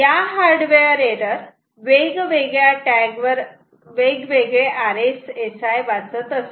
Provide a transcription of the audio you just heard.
आणि या hardware error वेगवेगळ्या टॅग वर वेगवेगळे RSSI वाचत असते